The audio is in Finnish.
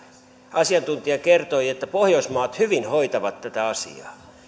asiantuntija kertoi että pohjoismaat hyvin hoitavat tätä asiaa